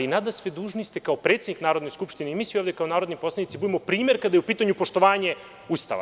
Nadasve, dužni ste kao predsednik Narodne skupštine i mi svi ovde kao narodni poslanici da budemo primer kada je u pitanju poštovanje Ustava.